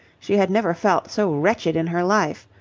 she had never felt so wretched in her life.